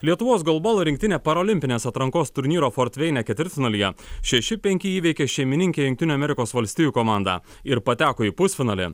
lietuvos golbolo rinktinė parolimpinės atrankos turnyro fortveine ketvirtfinalyje šeši penki įveikė šeimininkę jungtinių amerikos valstijų komandą ir pateko į pusfinalį